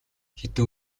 хэдэн